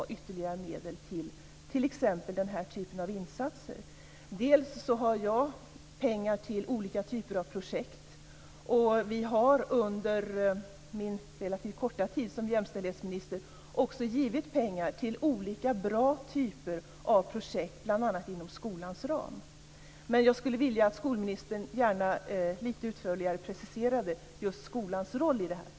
Kommunerna kommer därigenom att få ytterligare medel till den här typen av insatser t.ex. Dessutom har jag pengar till olika typer av projekt. Under min relativt korta tid som jämställdhetsminister har vi också gett pengar till olika bra projekt, bl.a. inom skolans ram. Men jag skulle gärna vilja att skolministern lite utförligare preciserade skolans roll i detta.